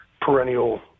perennial